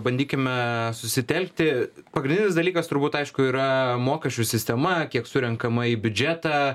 bandykime susitelkti pagrindinis dalykas turbūt aišku yra mokesčių sistema kiek surenkama į biudžetą